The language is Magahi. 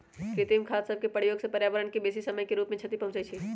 कृत्रिम खाद सभके प्रयोग से पर्यावरण के बेशी समय के रूप से क्षति पहुंचइ छइ